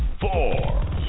Four